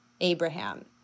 Abraham